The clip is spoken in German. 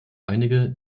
einige